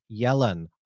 Yellen